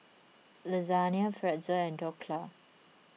Lasagna Pretzel and Dhokla